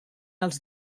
els